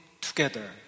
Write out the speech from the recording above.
together